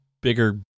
bigger